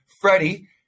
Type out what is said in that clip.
Freddie